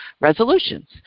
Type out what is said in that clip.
resolutions